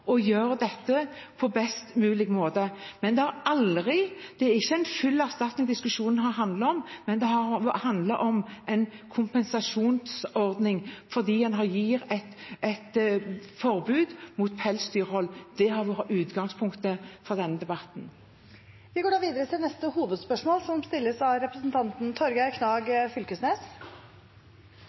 å gjøre dette på best mulig måte. Det er ingen full erstatning diskusjonen har handlet om. Det har handlet om en kompensasjonsordning fordi man gir et forbud mot pelsdyrhold. Det har vært utgangspunktet for denne debatten. Vi går videre til neste hovedspørsmål. Spørsmålet mitt går til næringsminister Torbjørn Røe Isaksen, som